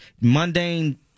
mundane